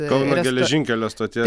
kauno geležinkelio stotie